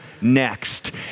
next